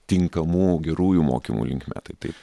tinkamų gerųjų mokymų linkme tai taip